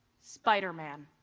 spiderman,